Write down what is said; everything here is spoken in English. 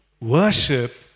Worship